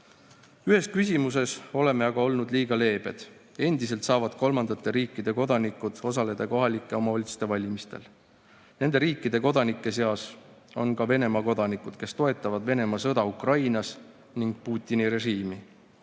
küsimuses oleme olnud liiga leebed. Endiselt saavad kolmandate riikide kodanikud osaleda kohalike omavalitsuste valimistel. Nende riikide kodanike seas on ka Venemaa kodanikud, kes toetavad Venemaa sõda Ukrainas ja Putini režiimi.